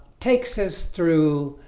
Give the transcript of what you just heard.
takes us through